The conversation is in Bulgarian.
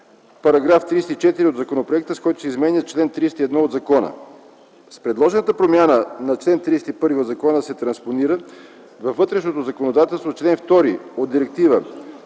(§ 34 от законопроекта, с който се изменя чл. 31 от закона). С предложената промяна на чл. 31 от закона се транспонират във вътрешното законодателство чл. 2 от Директива